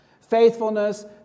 faithfulness